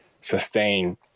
sustain